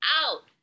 out